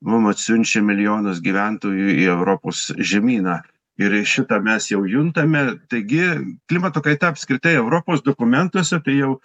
mum atsiunčia milijonus gyventojų į europos žemyną ir šitą mes jau juntame taigi klimato kaita apskritai europos dokumentuose tai jau